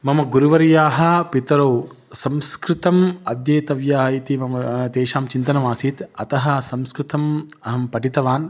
मम गुरुवर्याः पितरौ संस्कृतम् अध्येतव्या इति मम तेषां चिन्तनम् आसीत् अतः संस्कृतम् अहं पठितवान्